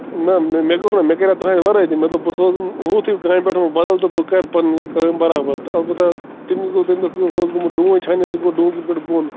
نہَ نہَ مےٚ کوٚر نا مےٚ کَریا تٔہٕنٛدِ وَرٲے تہِ مےٚ دوٚپ بہٕ سوزَن ہُتھ ہیٛوٗ کامہِ پٮ۪ٹھ وۅنۍ بَدَل تہٕ بہٕ کَرٕ پنٕنہِ کامہِ بَرابر تہٕ اَلبَتاہ تٔمِس گوٚو تَمہِ دۄہ کٲم سُہ اوس گوٚمُت ڈوٗنۍ چھانہِ سُہ گوٚو ڈوٗنۍ کُلہِ پٮ۪ٹھ بۄن